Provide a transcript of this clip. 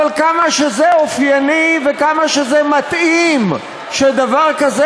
אבל כמה שזה אופייני וכמה שזה מתאים שדבר כזה